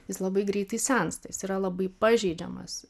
jis labai greitai sensta jis yra labai pažeidžiamas